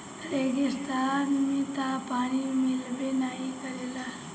रेगिस्तान में तअ पानी मिलबे नाइ करेला